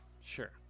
Sure